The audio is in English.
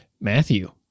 Matthew